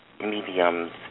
mediums